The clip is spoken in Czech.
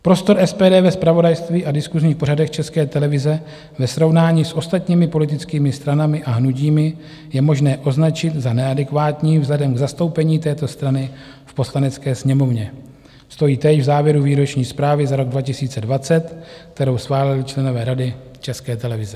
Prostor SPD ve zpravodajství a diskusních pořadech České televize ve srovnání s ostatními politickými stranami a hnutími je možné označit za neadekvátní vzhledem k zastoupení této strany v Poslanecké sněmovně, stojí též v závěru výroční zprávy za rok 2020, kterou schválili členové Rady České televize.